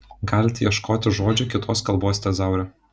galite ieškoti žodžių kitos kalbos tezaure